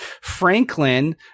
Franklin